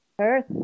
Earth